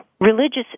religious